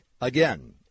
Again